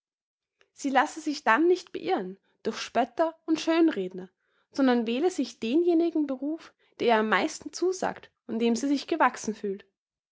sie lasse sich dann nicht beirren durch spötter und schönredner sondern wähle sich denjenigen beruf der ihr am meisten zusagt und dem sie sich gewachsen fühlt